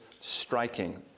striking